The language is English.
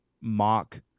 mock